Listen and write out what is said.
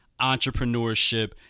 entrepreneurship